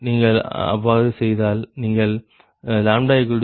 நீங்கள் அவ்வாறு செய்தால் நீங்கள் 0